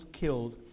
killed